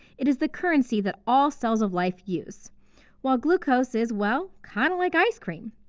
it is the currency that all cells of life use while glucose is, well, kind of like ice cream.